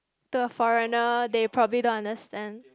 to a foreigner they probably don't understand